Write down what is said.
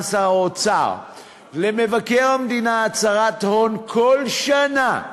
שר האוצר למבקר המדינה הצהרת הון כל שנה,